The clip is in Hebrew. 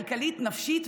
כלכלית נפשית,